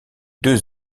deux